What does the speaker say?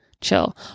chill